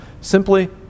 Simply